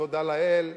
תודה לאל,